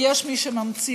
או יש מי שממציא,